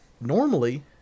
normally